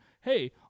Hey